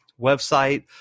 website